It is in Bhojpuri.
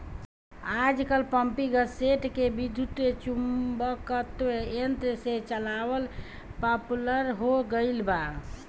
आजकल पम्पींगसेट के विद्युत्चुम्बकत्व यंत्र से चलावल पॉपुलर हो गईल बा